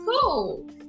cool